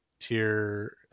tier